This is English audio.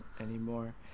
anymore